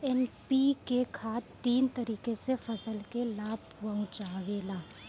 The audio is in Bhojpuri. एन.पी.के खाद तीन तरीके से फसल के लाभ पहुंचावेला